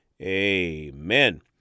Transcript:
Amen